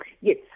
Yes